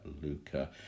Luca